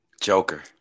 Joker